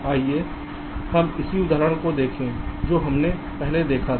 आइए हम उसी उदाहरण को देखें जो हमने पहले देखा था